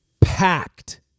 packed